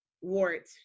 wart